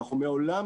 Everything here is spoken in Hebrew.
אנחנו מעולם